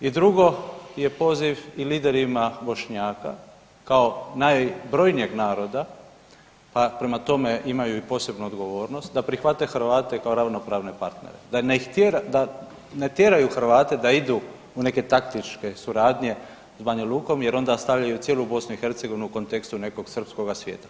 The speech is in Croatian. I drugo je poziv i liderima Bošnjaka kao najbrojnijeg naroda, pa prema tome imaju i posebnu odgovornost da prihvate Hrvate kao ravnopravne partnere, da ne tjeraju Hrvate da idu u neke taktičke suradnje s Banja Lukom jer onda stavljaju cijelu BiH u kontekstu nekog srpskoga svijeta.